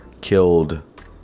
Killed